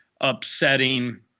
upsetting